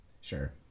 sure